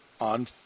on